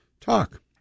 talk